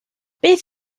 beth